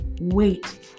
wait